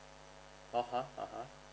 (uh huh) (uh huh)